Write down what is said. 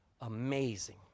amazing